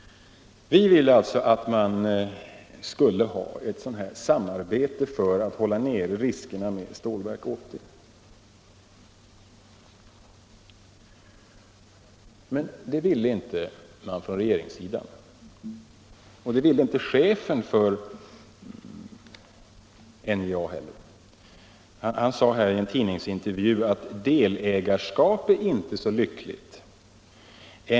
Vi ville alltså ha till stånd ett samarbete med andra företag för att hålla nere riskerna med Stålverk 80. Men det ville inte regeringen. Det ville inte heller chefen för NJA. Han uttalade i en tidningsintervju: Delägarskap är inte så lyckligt.